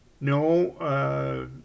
no